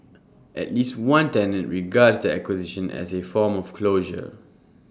at least one tenant regards the acquisition as A form of closure